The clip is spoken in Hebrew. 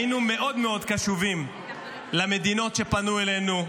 היינו מאוד מאוד קשובים למדינות שפנו אלינו,